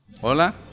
Hola